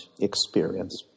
experience